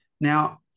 now